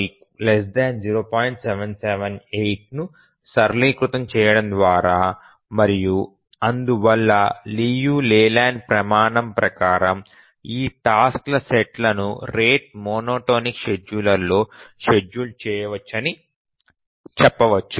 778ను సరళీకృతం చేయడం ద్వారా మరియు అందువల్ల లియు లేలాండ్ ప్రమాణం ప్రకారం ఈ టాస్క్ ల సెట్లను రేటు మోనోటోనిక్ షెడ్యూలర్లో షెడ్యూల్ చేయవచ్చని చెప్పవచ్చు